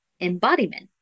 embodiment